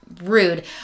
rude